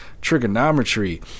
trigonometry